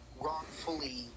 wrongfully